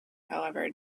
however